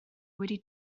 wedi